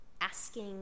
asking